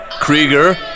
Krieger